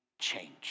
change